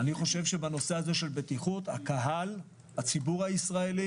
בנושא הזה של בטיחות הציבור הישראלי